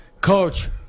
coach